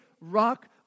rock